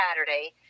Saturday